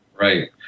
Right